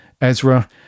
Ezra